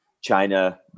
China